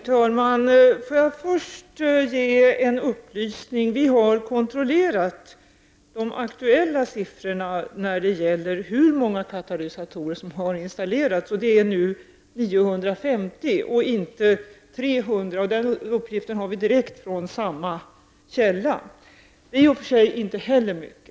Herr talman! Får jag först ge en upplysning. Vi har kontrollerat de aktuella siffrorna när det gäller hur många katalysatorer som har eftermonterats. Antalet uppgår nu till 950 och inte 300. Vi har fått denna uppgift från samma källa som Jan Jennehag hänvisar till. 950 är ju i och för sig inte heller många.